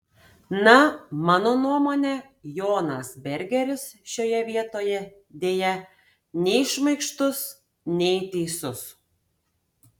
na mano nuomone jonas bergeris šioje vietoje deja nei šmaikštus nei teisus